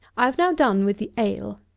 i have now done with the ale,